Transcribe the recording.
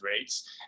rates